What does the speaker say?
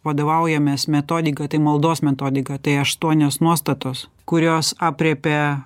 vadovaujamės metodika tai maldos metodika tai aštuonios nuostatos kurios aprėpia